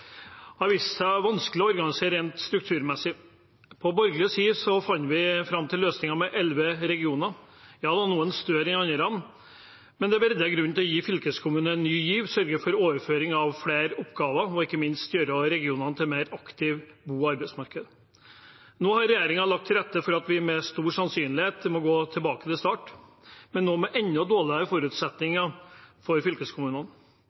har vist seg vanskelig å organisere rent strukturmessig. På borgerlig side fant vi fram til løsninger med elleve regioner – noen større enn andre – men der det var grunn til å gi fylkeskommunen ny giv, sørge for overføring av flere oppgaver og ikke minst gjøre regionene til mer aktive og gode arbeidsmarked. Nå har regjeringen lagt til rette for at vi med stor sannsynlighet må gå tilbake til start, men nå med enda dårligere forutsetninger for fylkeskommunene.